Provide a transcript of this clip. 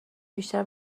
بیشتر